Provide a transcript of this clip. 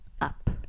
Up